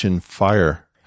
fire